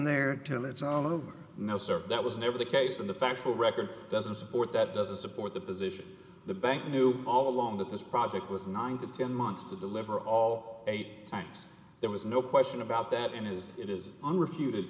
there till it's out of no sir that was never the case in the factual record doesn't support that doesn't support the position the bank knew all along that this project was nine to ten months to deliver all eight times there was no question about that and as it is on refuted